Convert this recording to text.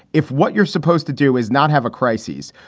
if what you're supposed to do is not have a crises,